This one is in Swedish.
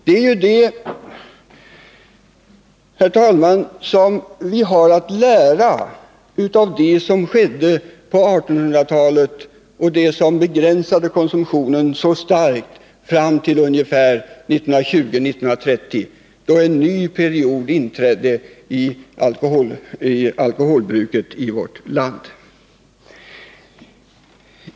Det är det, herr talman, som vi har att lära av det som skedde på 1800-talet och som begränsade konsumtionen så starkt fram till ungefär 1920 å 1930, då en ny period inträdde när det gäller alkoholbruket i vårt land.